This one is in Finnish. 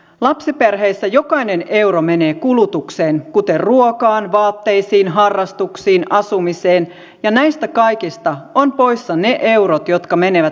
lapsiperheissä jokainen euro menee kulutukseen kuten ruokaan vaatteisiin harrastuksiin asumiseen ja näistä kaikista ovat poissa ne eurot jotka menevät päivähoitomaksuihin